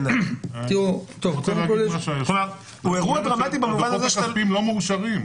הוא אירוע דרמטי במובן הזה ------ הדוחות הכספיים לא מאושרים.